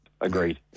Agreed